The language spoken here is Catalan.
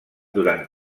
durant